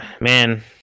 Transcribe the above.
man